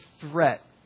threat